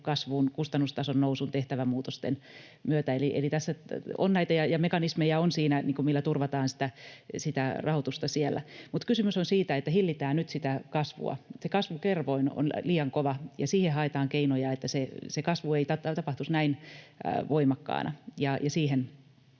kasvun, kustannustason nousun ja tehtävämuutosten myötä. Eli tässä on näitä mekanismeja, millä turvataan rahoitusta siellä. Mutta kysymys on siitä, että hillitään nyt sitä kasvua. Se kasvukerroin on liian kova, ja siihen haetaan keinoja, että se kasvu ei tapahtuisi näin voimakkaana.